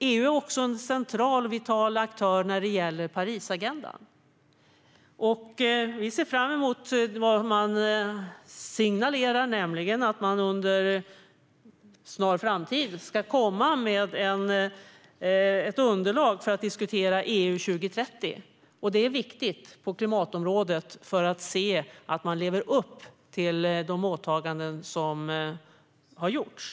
EU är också en central och vital aktör när det gäller Parisagendan. Vi ser fram emot vad man signalerar, nämligen att man inom en snar framtid ska komma med ett underlag för att diskutera EU 2030. Detta är viktigt på klimatområdet för att se att man lever upp till de åtaganden som gjorts.